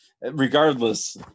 regardless